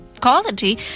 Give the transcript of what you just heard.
quality